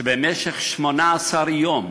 במשך 18 יום